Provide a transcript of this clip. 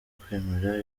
kwemera